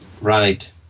Right